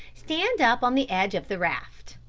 stand up on the edge of the raft.